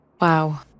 Wow